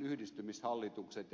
yhdistymishallitukset ja valtuustot